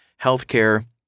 healthcare